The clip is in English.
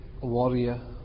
warrior